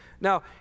Now